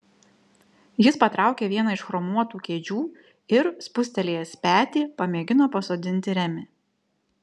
jis patraukė vieną iš chromuotų kėdžių ir spustelėjęs petį pamėgino pasodinti remį